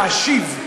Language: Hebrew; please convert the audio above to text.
להשיב.